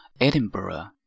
Edinburgh